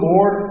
Lord